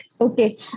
Okay